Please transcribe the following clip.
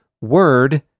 word